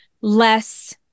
less